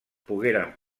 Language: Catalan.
pogueren